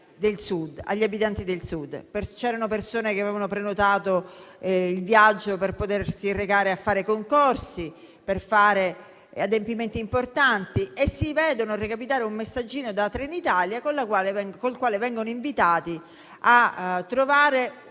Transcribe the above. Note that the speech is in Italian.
Sud. Persone che avevano prenotato il viaggio per potersi recare a fare concorsi, per fare adempimenti importanti, si vedono recapitare un messaggio da Trenitalia con il quale vengono invitati a trovare un modo